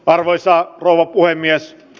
arvoisa rouva puhemies